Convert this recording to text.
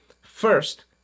First